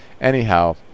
Anyhow